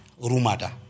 Rumada